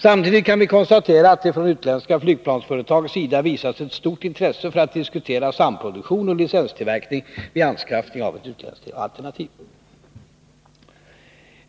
Samtidigt kan vi konstatera att det från utländska flygplansföretags sida visats ett stort intresse för att diskutera samproduktion och licenstillverkning vid anskaffning av ett utländskt alternativ.